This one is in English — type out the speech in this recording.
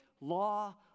law